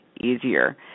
easier